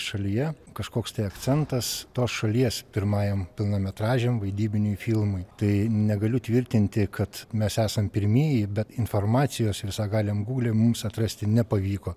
šalyje kažkoks tai akcentas tos šalies pirmajam pilnametražiam vaidybiniui filmui tai negaliu tvirtinti kad mes esam pirmieji bet informacijos visagaliam gūglėj mums atrasti nepavyko